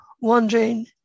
wondering